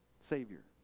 savior